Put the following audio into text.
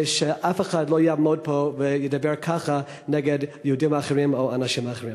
שאף אחד לא יעמוד פה וידבר ככה נגד יהודים אחרים או אנשים אחרים.